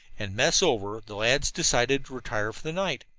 and, mess over, the lads decided to retire for the night.